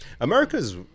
America's